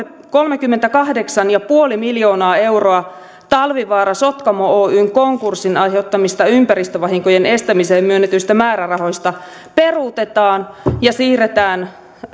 kolmekymmentäkahdeksan pilkku viisi miljoonaa euroa talvivaara sotkamo oyn konkurssin aiheuttamien ympäristövahinkojen estämiseen myönnetyistä määrärahoista peruutetaan ja siirretään